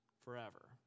Forever